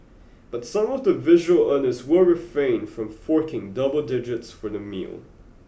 but some of the visual earners will refrain from forking double digits for the meal